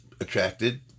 attracted